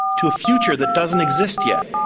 to a future that doesn't exist yet.